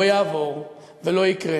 לא יעבור ולא יקרה.